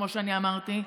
כמו שאמרתי,